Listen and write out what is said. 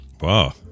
Wow